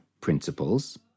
principles